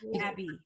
Abby